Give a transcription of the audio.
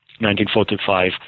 1945